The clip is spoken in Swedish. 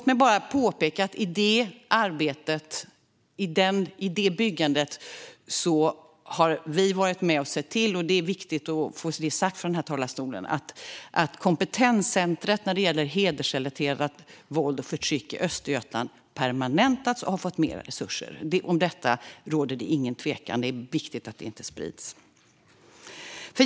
I det arbetet, i det byggandet, har vi varit med och sett till - och det är viktigt att få det påpekat från talarstolen - att kompetenscentret i Östergötland när det gäller hedersrelaterat våld och förtryck har permanentats och fått mer resurser. Om detta råder inget tvivel, och det är viktigt att inget tvivel sprids.